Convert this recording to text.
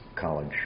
College